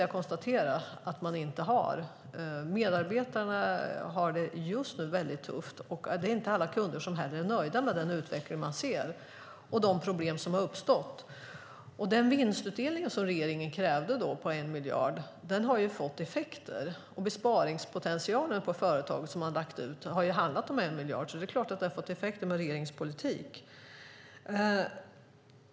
Jag konstaterade precis att man inte har det. Medarbetarna har det just nu väldigt tufft, och inte heller alla kunder är nöjda med utvecklingen och de problem som har uppstått. Vinstutdelningen som regeringen krävde på 1 miljard har fått effekter, och besparingspotentialen på företag som man har lagt ut har handlat om 1 miljard, så det är klart att regeringens politik har effekter.